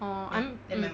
orh I'm um